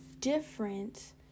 different